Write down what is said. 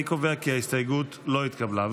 אני קובע כי ההסתייגות לא התקבלה.